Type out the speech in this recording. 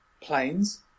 planes